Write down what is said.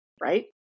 right